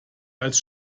als